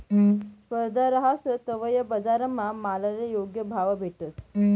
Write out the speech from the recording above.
स्पर्धा रहास तवय बजारमा मालले योग्य भाव भेटस